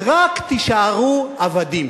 רק תישארו עבדים.